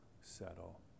settle